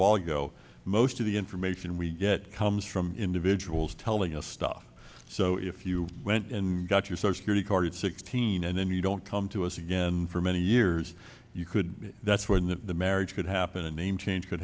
while ago most of the information we get comes from individuals telling us stuff so if you went and got yourself a pretty card at sixteen and then you don't come to us again for many years you could that's when the marriage could happen a name change could